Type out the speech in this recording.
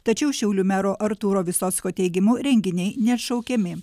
tačiau šiaulių mero artūro visocko teigimu renginiai neatšaukiami